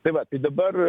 tai va dabar